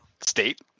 State